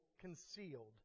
concealed